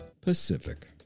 Pacific